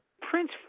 prince